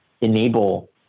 enable